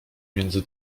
między